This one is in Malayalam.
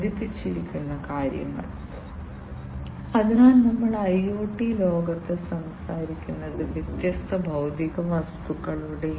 ഇന്റലിജൻസ് വരുന്നത് അൽഗോരിതം വഴിയാണ് ഈ അൽഗരിതങ്ങൾ അടിസ്ഥാനപരമായി ഈ പ്രോസസറിൽ എക്സിക്യൂട്ട് ചെയ്യാൻ കഴിയും